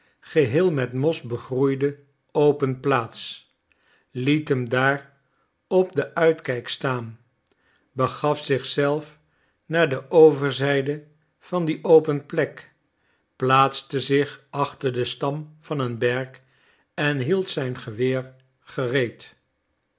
geheel met mos begroeide open plaats liet hem daar op den uitkijk staan begaf zich zelf naar de overzijde van die open plek plaatste zich achter den stam van een berk en hield zijn geweer gereed